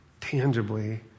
tangibly